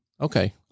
okay